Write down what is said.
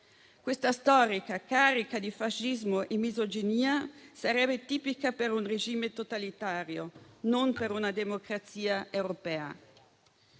Questa storia carica di fascismo e misoginia sarebbe tipica di un regime totalitario, non di una democrazia europea.